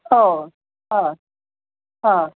हो हां हां